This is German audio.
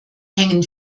hängen